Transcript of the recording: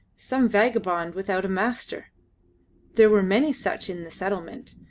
some vagabond without a master there were many such in the settlement,